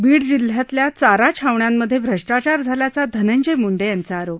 बीड जिल्ह्यातल्या चारा छावण्यांमधे भ्रष्टाचार झाल्याचा धनंजय मुंडे यांचा आरोप